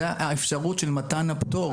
זו האפשרות של מתן הפטור,